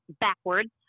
backwards